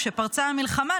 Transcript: כשפרצה המלחמה,